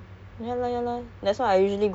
need for that it's not really